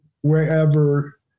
wherever